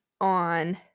on